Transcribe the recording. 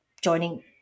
joining